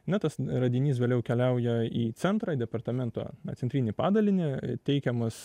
na tas radinys vėliau keliauja į centrą departamento centrinį padalinį teikiamas